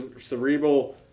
Cerebral